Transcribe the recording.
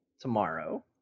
tomorrow